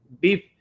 Beef